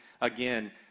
Again